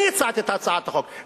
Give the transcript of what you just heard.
אני הצעתי את הצעת החוק,